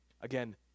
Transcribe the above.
Again